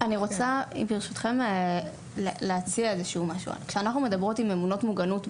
אני רוצה להציע משהו, ברשותכם.